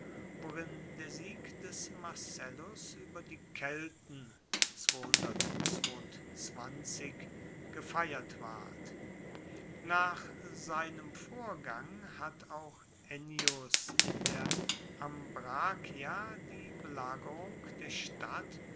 worin der sieg des marcellus ueber die kelten gefeiert ward nach seinem vorgang hat auch ennius in der ambrakia die belagerung der stadt